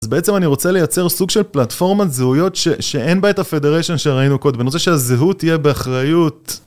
אז בעצם אני רוצה לייצר סוג של פלטפורמת זהויות שאין בה את הפדרשן שראינו קודם. אני רוצה שהזהות תהיה באחריות